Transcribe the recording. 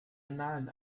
annalen